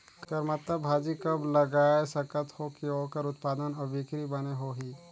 करमत्ता भाजी कब लगाय सकत हो कि ओकर उत्पादन अउ बिक्री बने होही?